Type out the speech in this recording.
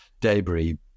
debris